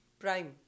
Prime